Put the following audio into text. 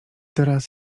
teraz